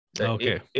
okay